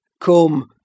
Come